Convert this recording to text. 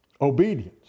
Obedience